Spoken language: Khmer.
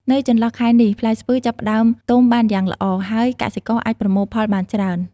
នៅចន្លោះខែនេះ ផ្លែស្ពឺចាប់ផ្ដើមទុំបានយ៉ាងល្អ ហើយកសិករអាចប្រមូលផលបានច្រើន។